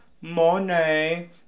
money